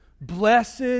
Blessed